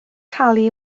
talu